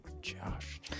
Josh